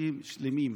חודשים שלמים.